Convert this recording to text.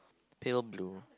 pale blue